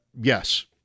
Yes